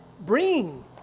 bring